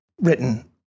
written